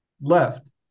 Left